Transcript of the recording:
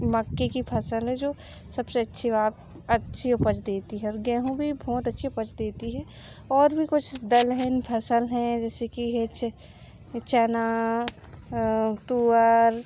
मक्के की फ़सल है जो सबसे अच्छी अच्छी उपज देती है गेहूँ भी बहुत अच्छी उपज देती है और भी कुछ दलहन फ़सल है जैसे कि है चना तूअर